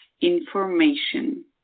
information